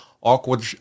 awkward